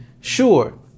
sure